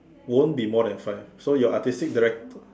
won't be more than five so your artistic direct